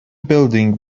building